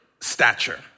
stature